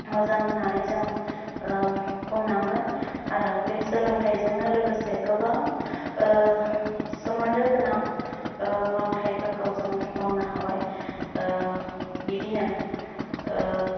मोजां होननानै जों बुंनांगोन आरो बे सोलोंथायजोंनो लोगोसे गोबां सोमोन्दो गोनां मावथायफोरखौ जों मावनो हाबाय बिदिनो